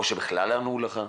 או אם בכלל ענו לך.